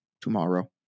tomorrow